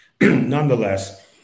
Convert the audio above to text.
Nonetheless